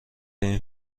این